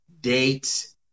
date